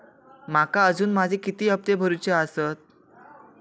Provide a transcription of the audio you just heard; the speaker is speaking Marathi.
माका अजून माझे किती हप्ते भरूचे आसत?